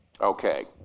Okay